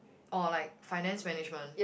or like finance management